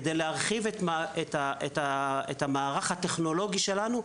על מנת להרחיב את המערך הטכנולוגי שלנו,